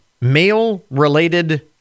male-related